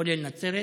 כולל נצרת.